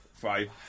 Five